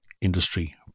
industry